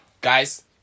guys